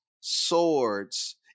swords